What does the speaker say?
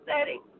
setting